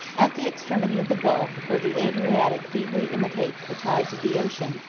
at the extremity of the gulf, where the adriatic feebly imitates the tides of the ocean,